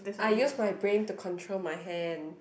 I use my brain to control my hand